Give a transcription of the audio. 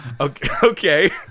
Okay